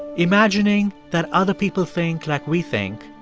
imagining that other people think like we think,